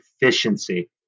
efficiency